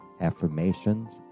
affirmations